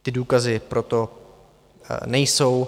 Ty důkazy pro to nejsou.